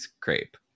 crepe